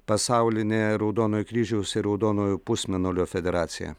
pasaulinė raudonojo kryžiaus ir raudonojo pusmėnulio federacija